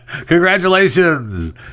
Congratulations